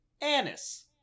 Anise